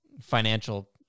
financial